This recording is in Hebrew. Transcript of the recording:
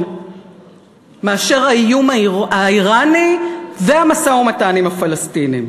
מאשר האיום האיראני והמשא-ומתן עם הפלסטינים: